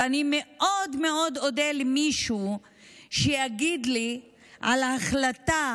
ואני מאוד מאוד אודה למישהו שיגיד לי על ההחלטה